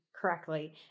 correctly